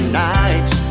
nights